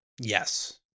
Yes